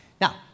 Now